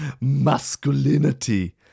masculinity